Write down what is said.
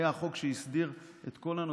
היה החוק שהסדיר את כל הנושא,